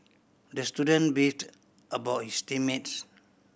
the student beefed about his team mates